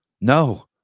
No